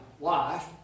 life